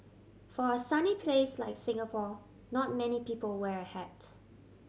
for a sunny place like Singapore not many people wear a hat